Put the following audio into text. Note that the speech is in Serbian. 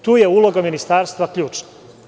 Tu je uloga Ministarstva ključna.